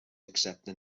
excepte